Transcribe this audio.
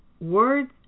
Words